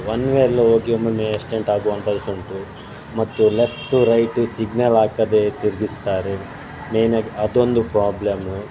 one ವೇಯಲ್ಲಿ ಹೋಗಿ ಒಮ್ಮೊಮ್ಮೆ ಆಕ್ಸಿಡೆಂಟ್ ಆಗುವಂಥದ್ದು ಸಹ ಉಂಟು ಮತ್ತು ಲೆಫ್ಟು ರೈಟ್ ಸಿಗ್ನಲ್ ಹಾಕದೆ ತಿರುಗಿಸ್ತಾರೆ ಮೇಯ್ನಾಗಿ ಅದೊಂದು ಪ್ರಾಬ್ಲಮ್